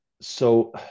so-